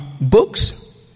books